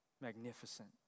magnificent